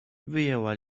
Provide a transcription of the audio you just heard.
wyjęła